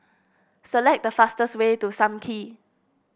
select the fastest way to Sam Kee